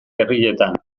herrietan